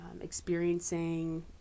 experiencing